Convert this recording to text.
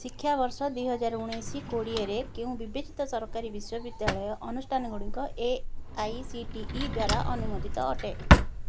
ଶିକ୍ଷାବର୍ଷ ଦିହଜାର ଉଣେଇଶ କୋଡ଼ିଏରେ କେଉଁ ବିବେଚିତ ସରକାରୀ ବିଶ୍ୱବିଦ୍ୟାଳୟ ଅନୁଷ୍ଠାନ ଗୁଡ଼ିକ A I C T E ଦ୍ଵାରା ଅନୁମୋଦିତ ଅଟେ